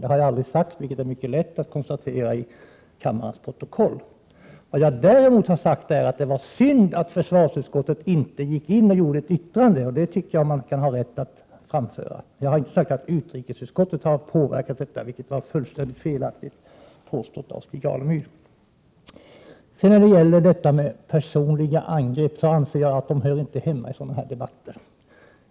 Det har jag aldrig sagt, vilket är mycket lätt att kontrollera i kammarens protokoll. Jag sade däremot att det var synd att försvarsutskottet inte gjorde ett yttrande. Detta tycker jag att man har rätt att framföra. Men jag har inte sagt att utrikesutskottet har sänkas med minst 25 7? till år 2000. I det arbetet är i Sverige priset — alltså beskattningen — det allra viktigaste instrumentet. Priset måste fortlöpande hållas högt och stiga minst i samma påverkat detta. Detta påstående från Stig Alemyrs sida var alltså felaktigt. När det gäller personliga angrepp anser jag att sådana inte hör hemma i dessa debatter.